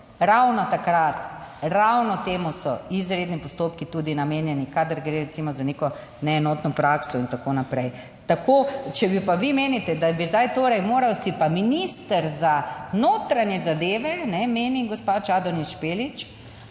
ravno takrat, ravno temu so izredni postopki tudi namenjeni kadar gre, recimo, za neko neenotno prakso in tako naprej. Tako, če bi pa vi menite, da bi zdaj torej moral, si pa minister za notranje zadeve menim, gospa Čadonič Špelič,